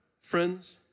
friends